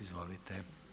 Izvolite.